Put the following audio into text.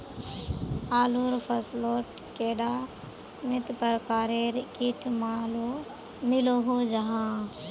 आलूर फसलोत कैडा भिन्न प्रकारेर किट मिलोहो जाहा?